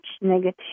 negative